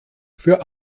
für